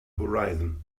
horizon